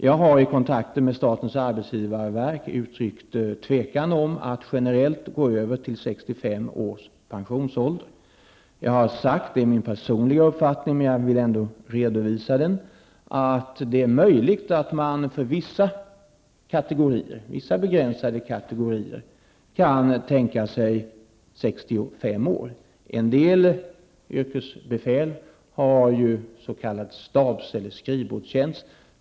Jag har i kontakter med statens arbetsgivarverk uttryckt tvekan om att generellt gå över till 65 års pensionsålder. Jag har sagt -- jag vill ändå redovisa min personliga uppfattning -- att det är möjligt att man för vissa begränsade kategorier kan tänka sig 65 år som pensionsålder. En del yrkesbefäl har s.k. stabs eller skrivbordstjänst.